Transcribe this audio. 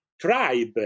tribe